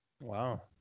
Wow